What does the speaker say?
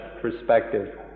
perspective